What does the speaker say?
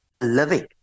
living